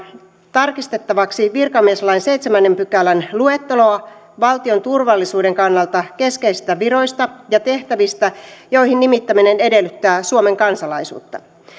tarkistettavaksi virkamieslain seitsemännen pykälän luetteloa valtion turvallisuuden kannalta keskeisistä viroista ja tehtävistä joihin nimittäminen edellyttää suomen kansalaisuutta